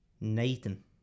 nathan